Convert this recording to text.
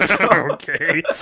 Okay